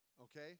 okay